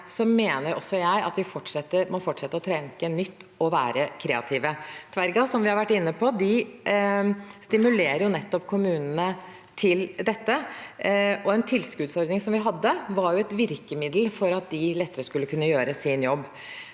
mener jeg at vi må fortsette å tenke nytt og være kreative. Tverga, som vi har vært inne på, stimulerer kommunene til nettopp dette. En tilskuddsordning vi hadde, var et virkemiddel for at de lettere skulle kunne gjøre sin jobb,